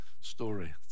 story